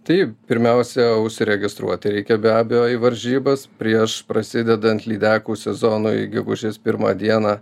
tai pirmiausia užsiregistruoti reikia be abejo į varžybas prieš prasidedant lydekų sezonui gegužės pirmą dieną